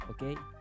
okay